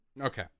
Okay